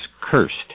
cursed